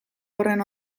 horren